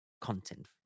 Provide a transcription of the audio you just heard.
content